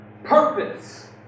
Purpose